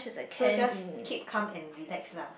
so just keep calm and relax lah